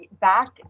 back